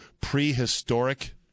prehistoric